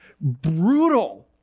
brutal